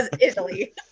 Italy